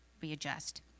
readjust